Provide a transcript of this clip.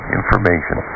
information